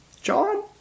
John